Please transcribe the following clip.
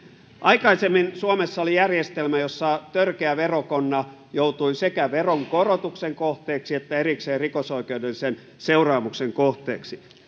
aikaisemmin suomessa oli järjestelmä jossa törkeä verokonna joutui sekä veronkorotuksen kohteeksi että erikseen rikosoikeudellisen seuraamuksen kohteeksi